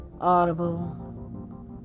Audible